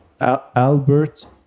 Albert